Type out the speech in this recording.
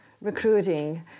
recruiting